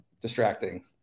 distracting